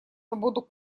свободу